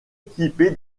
équipée